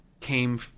came